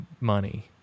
money